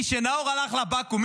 כשנאור הלך לבקו"ם,